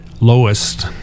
lowest